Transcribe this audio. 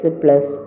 plus